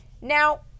now